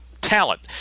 talent